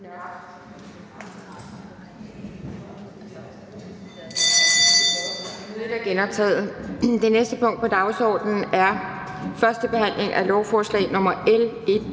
Det næste punkt på dagsordenen er: 12) 1. behandling af lovforslag nr.